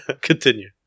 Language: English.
Continue